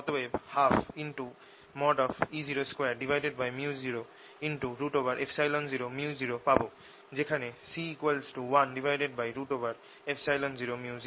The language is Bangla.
অতএব 12E02µ00µ0 পাবো যেখানে C 10µ0